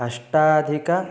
अष्टाधिकं